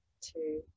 two